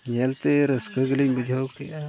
ᱧᱮᱞᱛᱮ ᱨᱟᱹᱥᱠᱟᱹ ᱜᱮᱞᱤᱧ ᱵᱩᱡᱷᱟᱹᱣ ᱠᱮᱜᱼᱟ